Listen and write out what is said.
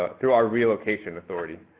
through our relocation authority.